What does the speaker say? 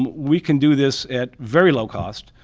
we can do this at very low cost,